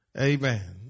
Amen